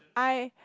I